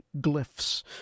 glyphs